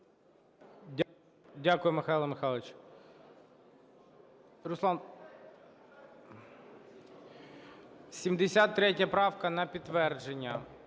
Дякую, Михайло Михайлович. Руслан... 73 правка на підтвердження.